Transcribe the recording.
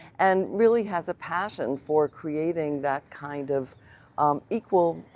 and really has a passion for creating that kind of equal